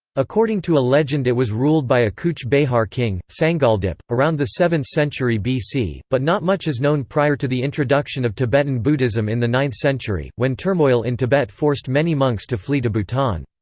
according to a legend it was ruled by a cooch-behar king, sangaldip, around the seventh century bc, but not much is known prior to the introduction of tibetan buddhism in the ninth century, when turmoil in tibet forced many monks to flee to bhutan.